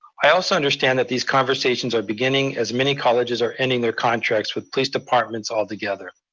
i also understand that these conversations are beginning as many colleges are ending their contracts with police departments altogether.